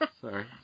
sorry